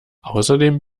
außerdem